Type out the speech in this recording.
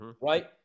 Right